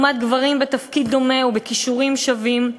לעומת גברים בתפקיד דומה ובכישורים שווים.